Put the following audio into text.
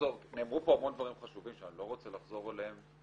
נאמרו פה המון דברים חשובים שאני לא רוצה לחזור עליהם.